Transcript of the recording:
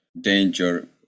danger